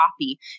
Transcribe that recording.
copy